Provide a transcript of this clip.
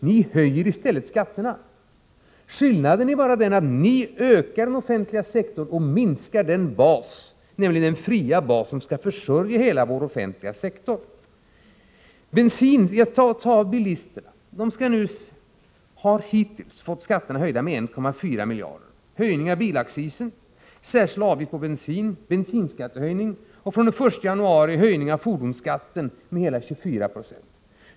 Ni höjer i stället skatterna. Skillnaden är bara den att ni utökar den offentliga sektorn och minskar den fria bas som skall försörja hela vår offentliga sektor. Bilisterna har hittills fått uppleva att skatterna höjts med 1,4 miljarder kronor. Det gäller då en höjning av bilaccisen, särskild avgift på bensin, en bensinskattehöjning och från den 1 januari en höjning av fordonsskatten med hela 24 96.